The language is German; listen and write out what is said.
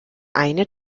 eine